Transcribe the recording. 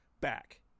back